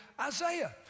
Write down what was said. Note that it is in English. Isaiah